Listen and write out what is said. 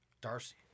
Darcy